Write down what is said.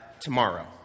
tomorrow